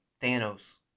thanos